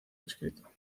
descrito